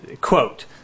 quote